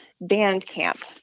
Bandcamp